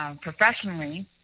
Professionally